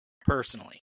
personally